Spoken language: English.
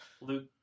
Luke